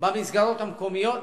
במסגרות המקומיות.